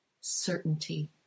certainty